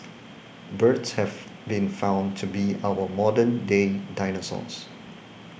birds have been found to be our modern day dinosaurs